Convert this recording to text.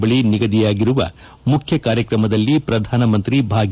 ಬಳಿ ನಿಗದಿಯಾಗಿರುವ ಮುಖ್ಯ ಕಾರ್ಯಕ್ರಮದಲ್ಲಿ ಪ್ರಧಾನಮಂತ್ರಿ ಭಾಗಿ